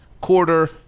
quarter